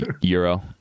Euro